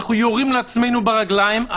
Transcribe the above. אנחנו יורים לעצמנו ברגליים.